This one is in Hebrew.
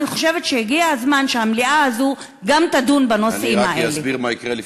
אני חושבת שהגיע הזמן שהמליאה הזאת גם תדון בנושאים האלה.